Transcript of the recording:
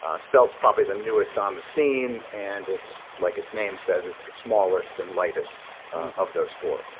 ah svelte's probably the newest on the scene and it's, like its name says, it's the smallest and lightest of those four.